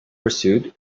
pursuit